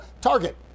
Target